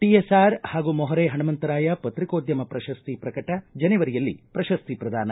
ಟೀಯೆಸ್ಲಾರ್ ಪಾಗೂ ಮೊಹರೆ ಹಣಮಂತರಾಯ ಪತ್ರಿಕೋದ್ಯಮ ಪ್ರಶಸ್ತಿ ಪ್ರಕಟ ಜನೆವರಿಯಲ್ಲಿ ಪ್ರಶಸ್ತಿ ಪ್ರದಾನ